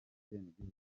abenegihugu